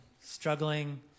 struggling